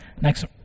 Next